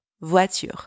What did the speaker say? voiture